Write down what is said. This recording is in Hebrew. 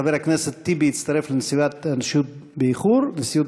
אמרתי: חבר הכנסת טיבי הצטרף לישיבת הנשיאות באיחור,